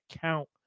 count